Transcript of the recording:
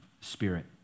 spirit